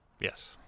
Yes